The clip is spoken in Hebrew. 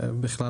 בכלל,